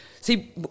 see